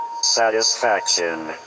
satisfaction